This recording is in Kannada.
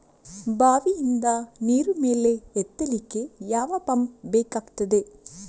ಬಾವಿಯಿಂದ ನೀರು ಮೇಲೆ ಎತ್ತಲಿಕ್ಕೆ ಯಾವ ಪಂಪ್ ಬೇಕಗ್ತಾದೆ?